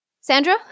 Sandra